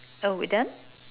oh we done